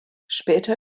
später